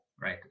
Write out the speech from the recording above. right